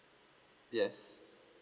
yes